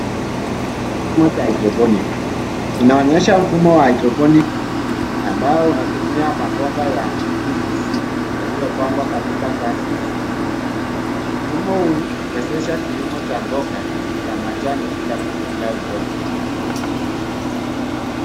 Hii ni kilimo cha Hydroponic inaonyesha mfumo wa Hydroponic ambao unatumia mabomba ya PVC yalipangwa katika ngazi nyingi. Mfumo huu huwezesha kilimo cha mboga za majani bila kutumia udongo.